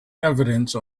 evidence